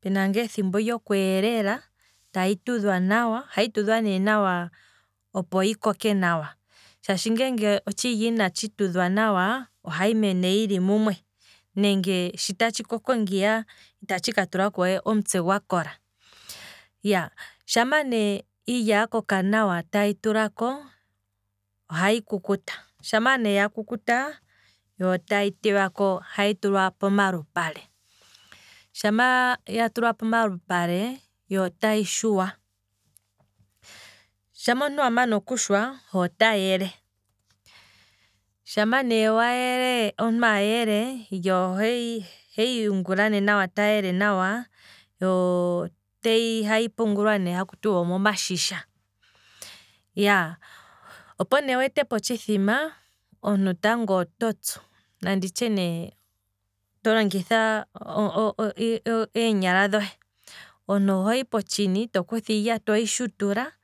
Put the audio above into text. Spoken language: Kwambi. pena ngaa ethimbo lyokweelela, tayi tudhwa nawa, ohayi tudhwa nawa opo yi koke nawa, shaashi nge otshilya inatshi tudhwa, ohayi mene yili mumwe, nenge shi tasthi koko ngiya, itatshi ka tulako we omutse gwakola, shama ne iilya ya koka nawa tayi tulako. ohayi kukuta, shama ne ya kukuta yo otayi teywako, ohayi tulwa ne pomalupale, shama ya tulwa pomalupale yo otayi shuwa, shama omuntu wamana okushwa ye otayele, shama ne wayele, iilya oheyi yungula ne ta yele nawa, yo teyi. ohayi pungulwa nehaku tiwa omo mashisha, iyaa, opone weetepo otshithima, omuntu tango oto tsu, nanditye ne to longitha eenyala dhohe, omuntu ohohi potshini to kutha iilya toyi shutula